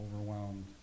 overwhelmed